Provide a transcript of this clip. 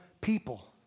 people